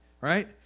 right